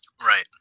Right